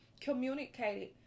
communicated